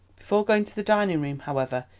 before going to the dining-room, however,